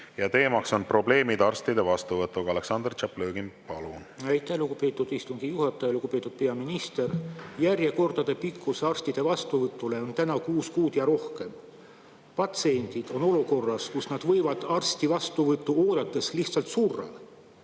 ja teema on probleemid arstide vastuvõtuga. Aleksandr Tšaplõgin, palun! Aitäh, lugupeetud istungi juhataja! Lugupeetud peaminister! Arstide vastuvõtu järjekordade pikkus on täna kuus kuud ja rohkem. Patsiendid on olukorras, kus nad võivad arsti vastuvõttu oodates lihtsalt surra.